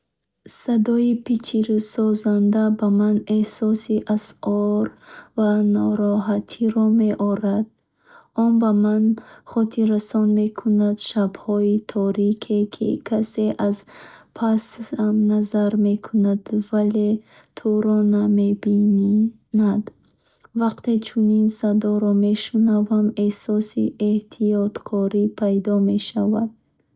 Садои пичирросзананда ба ман эҳсоси асрор ва нороҳатиро меорад. Он ба ман хотиррасон мекунад шабҳои торике, ки касе аз пасат назар мекунад, вале туро намебинад. Вақте чунин садоро мешунавам, эҳсоси эҳтиёткорӣ пайдо мешавад.